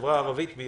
החברה הערבית,